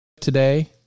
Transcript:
Today